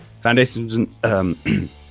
Foundations